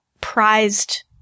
prized